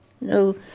No